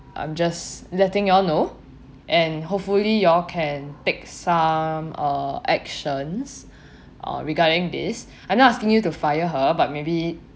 I'm just letting you all know and hopefully you all can take some uh actions uh regarding this I'm not asking you to fire her but maybe